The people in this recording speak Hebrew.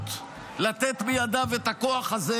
אפשרות לתת בידיו את הכוח הזה,